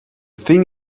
thing